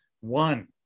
One